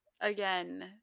Again